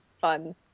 fun